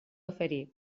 oferir